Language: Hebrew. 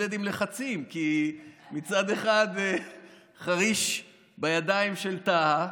אז הילד השקט מתמודד עם לחצים כי מצד אחד חריש בידיים של טאהא,